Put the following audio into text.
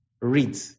read